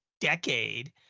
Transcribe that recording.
decade